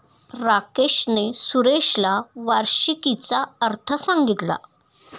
राकेशने सुरेशला वार्षिकीचा अर्थ सांगितला